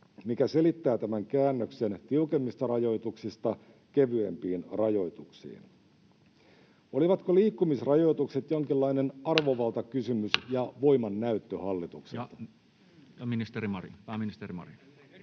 mikä selittää tämän käännöksen tiukemmista rajoituksista kevyempiin rajoituksiin? Olivatko liikkumisrajoitukset jonkinlainen arvovaltakysymys ja voimannäyttö hallitukselta? [Speech 14]